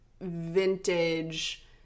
vintage